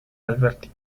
alberti